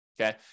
okay